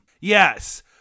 yes